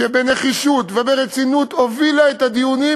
שבנחישות וברצינות הובילה את הדיונים,